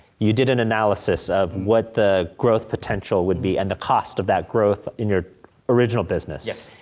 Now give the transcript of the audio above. you did an analysis of what the growth potential would be, and the cost of that growth in your original business. yes.